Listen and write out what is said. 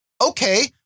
Okay